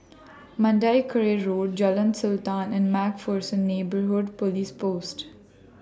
Mandai Quarry Road Jalan Sultan and Mac Pherson Neighbourhood Police Post